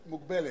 מוגבלת.